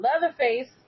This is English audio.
Leatherface